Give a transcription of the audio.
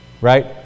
right